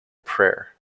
prayer